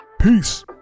Peace